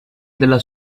della